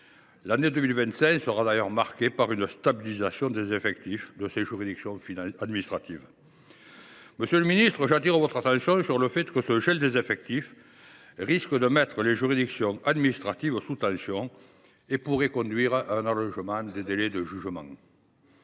L’année 2025 sera par ailleurs marquée par une stabilisation des effectifs des juridictions administratives. Monsieur le ministre, ce gel des effectifs risque de mettre les juridictions administratives sous tension et pourrait conduire à un allongement des délais de jugement.